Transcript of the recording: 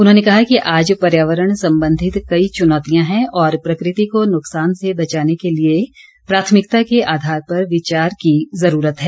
उन्होंने कहा कि आज पर्यावरण संबंधित कई चुनौतियां हैं और प्रकृति को नुकसान से बचाने के लिए प्राथमिकता के आधार पर विचार की जरूरत है